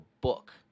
book